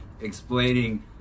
explaining